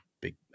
big